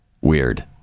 Weird